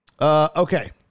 Okay